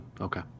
Okay